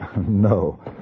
No